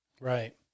Right